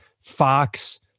Fox